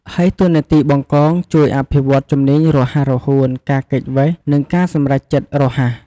ហើយតួនាទីបង្កង ជួយអភិវឌ្ឍជំនាញរហ័សរហួន ការគេចវេះ និងការសម្រេចចិត្តរហ័ស។